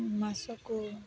ᱢᱟᱥᱚ ᱠᱚ